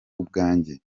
ubwanjye